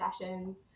sessions